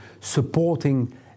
supporting